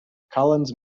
collins